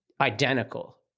identical